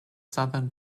southern